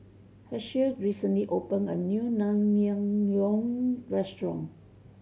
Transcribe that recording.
Hershel recently opened a new Naengmyeon Restaurant